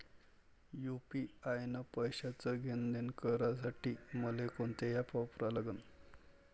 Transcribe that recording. UPI न पैशाचं देणंघेणं करासाठी मले कोनते ॲप वापरा लागन?